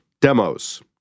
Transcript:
Demos